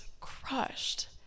crushed